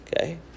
Okay